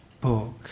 book